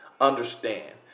Understand